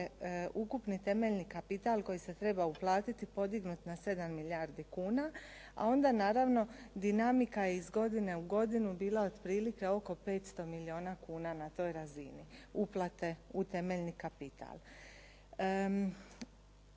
ukupni temeljni kapital koji se treba uplatiti podignut na 7 milijardi kuna, a onda naravno dinamika je iz godine u godinu bila otprilike oko 500 milijuna kuna na toj razini uplate u temeljni kapital.